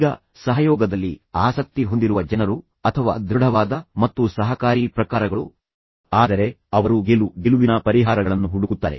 ಈಗ ಸಹಯೋಗದಲ್ಲಿ ಆಸಕ್ತಿ ಹೊಂದಿರುವ ಜನರು ಅಥವಾ ದೃಢವಾದ ಮತ್ತು ಸಹಕಾರಿ ಪ್ರಕಾರಗಳು ಆದರೆ ನಂತರ ಅವರು ಗೆಲುವು ಗೆಲುವಿನ ಪರಿಹಾರಗಳನ್ನು ಹುಡುಕುತ್ತಾರೆ